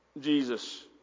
Jesus